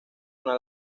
una